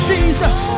Jesus